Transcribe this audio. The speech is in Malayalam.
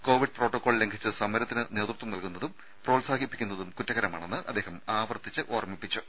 കോവിഡ് പ്രോട്ടോകോൾ ലംഘിച്ച് സമരത്തിന് നേതൃത്വം നൽകുന്നതും പ്രോത്സാഹിപ്പിക്കുന്നതും കുറ്റകരമാണെന്ന് അദ്ദേഹം ആവർത്തിച്ച് ഓർമ്മിപ്പിച്ചു